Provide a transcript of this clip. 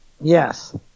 Yes